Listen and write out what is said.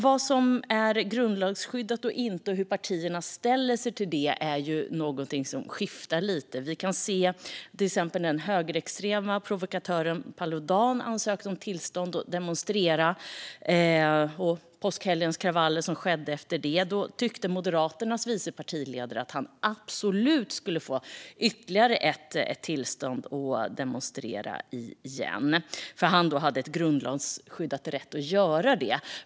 Vad som är grundlagsskyddat och inte och hur partierna ställer sig till det är något som skiftar lite. Ett exempel gäller den högerextrema provokatören Paludan, som ansökte om tillstånd att demonstrera. Efter det skedde kravaller under påskhelgen. Moderaternas vice partiledare tyckte då att han absolut skulle få tillstånd att demonstrera igen, eftersom han har en grundlagsskyddad rätt att göra det.